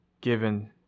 Given